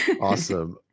Awesome